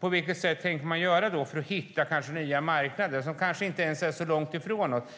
Vad tänker man göra för att hitta nya marknader som kanske inte ens är så långt ifrån oss?